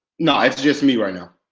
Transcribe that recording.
no, it's just me right now.